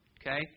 Okay